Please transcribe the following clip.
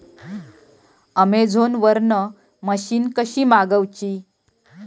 Amazon वरन machine कशी मागवची?